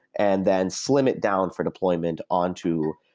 and then slim it down for deployment on to,